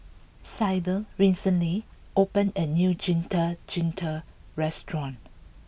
Syble recently opened a new Getuk Getuk restaurant